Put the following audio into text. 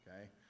okay